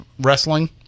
wrestling